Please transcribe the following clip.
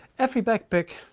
every backpack,